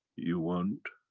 you want,